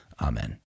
Amen